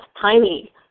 tiny